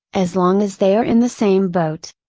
as long as they are in the same boat.